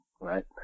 right